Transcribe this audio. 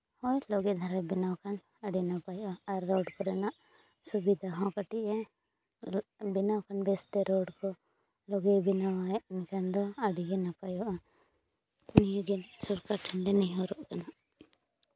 ᱦᱚᱸ ᱞᱟᱜᱮ ᱫᱷᱟᱨᱟ ᱵᱮᱱᱟᱣ ᱟᱠᱟᱱ ᱟᱹᱰᱤ ᱱᱟᱯᱟᱭᱚᱜᱼᱟ ᱟᱨ ᱨᱳᱰ ᱠᱚᱨᱮᱱᱟᱜ ᱥᱩᱵᱤᱫᱷᱟᱦᱚᱸ ᱠᱟᱹᱴᱤᱡ ᱮ ᱵᱮᱱᱟᱣ ᱟᱠᱟᱱ ᱵᱮᱥᱛᱮ ᱨᱳᱰ ᱠᱚ ᱞᱟᱜᱮ ᱵᱮᱱᱟᱣ ᱟᱭ ᱮᱱᱠᱷᱟᱱ ᱫᱚ ᱟᱹᱰᱤᱜᱮ ᱱᱟᱯᱟᱭᱚᱜᱼᱟ ᱱᱤᱭᱟᱹᱜᱮ ᱥᱚᱨᱠᱟᱨ ᱴᱷᱮᱱ ᱞᱮ ᱱᱮᱦᱚᱨᱚᱜ ᱠᱟᱱᱟ